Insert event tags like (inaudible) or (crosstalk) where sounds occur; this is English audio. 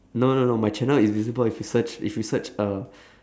no no no my channel is visible if you search if you search uh (breath)